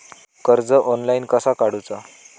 कर्ज ऑनलाइन कसा काडूचा?